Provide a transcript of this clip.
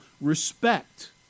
respect